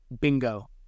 bingo